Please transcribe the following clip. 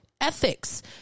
ethics